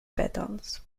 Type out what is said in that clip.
pètals